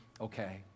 okay